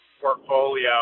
portfolio